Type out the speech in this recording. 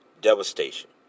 Devastation